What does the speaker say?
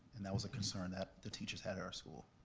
and that was a concern that the teachers had at our school.